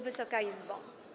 Wysoka Izbo!